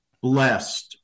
blessed